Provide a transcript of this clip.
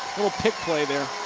little pick play there.